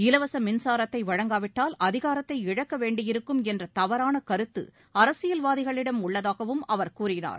இலவச மின்சாரத்தை வழங்காவிட்டால் அதிகாரத்தை இழக்க வேண்டியிருக்கும் என்ற தவறான கருத்து அரசியல்வாதிகளிடம் உள்ளதாகவும் அவர் கூறினார்